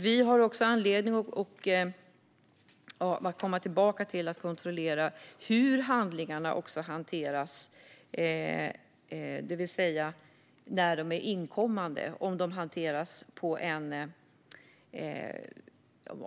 Vi har också anledning att gå tillbaka och kontrollera hur handlingarna hanteras när de inkommer.